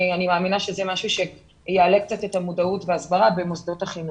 אני מאמינה שזה משהו שיעלה קצת את המודעות ואת ההסברה במוסדות החינוך.